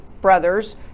brothers